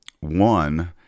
One